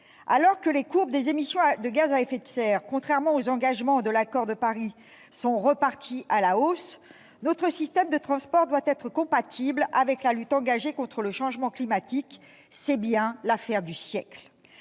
Alors que les courbes des émissions de gaz à effet de serre, contrairement aux engagements de l'accord de Paris, sont reparties à la hausse, notre système de transport doit être compatible avec la lutte engagée contre le changement climatique. C'est bien l'« affaire du siècle